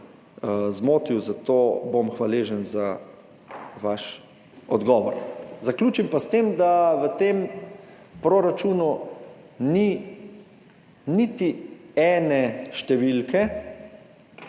zmotil, zato bom hvaležen za vaš odgovor. Zaključim pa s tem, da v tem proračunu ni niti ene številke,